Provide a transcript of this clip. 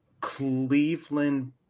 Cleveland